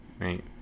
right